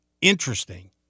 interesting